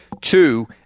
Two